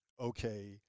okay